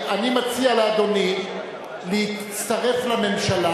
אני מציע לאדוני להצטרף לממשלה,